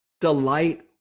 delight